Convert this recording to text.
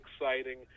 exciting